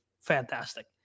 fantastic